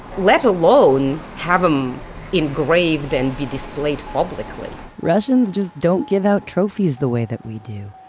let alone have them engraved and be displayed publicly russians just don't give out trophies the way that we do.